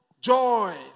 joy